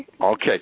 Okay